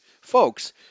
folks